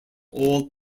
all